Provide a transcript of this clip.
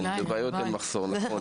כן, הבעיות הם מחסור, נכון.